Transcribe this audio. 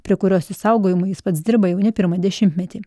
prie kurios išsaugojimo jis pats dirba jau ne pirmą dešimtmetį